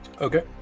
Okay